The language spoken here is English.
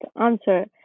answer